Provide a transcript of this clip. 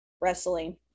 wrestling